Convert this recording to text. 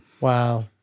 Wow